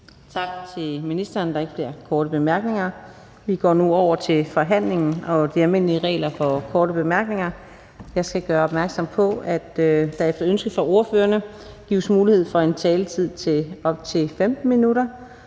Tak til ministeren. Der er ikke flere korte bemærkninger. Vi går nu over til forhandlingen og de almindelige regler for korte bemærkninger. Jeg skal gøre opmærksom på, at der efter ønske fra ordførerne gives mulighed for en taletid på op til 15 minutter.